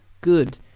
good